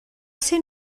ser